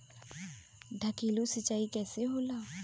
ढकेलु सिंचाई कैसे होला?